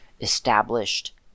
established